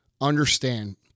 understand